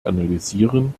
analysieren